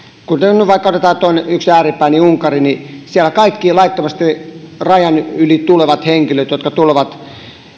kuten nyt vaikka unkari jos otetaan yksi ääripää siellä kaikki laittomasti rajan yli tulevat henkilöt jotka tulevat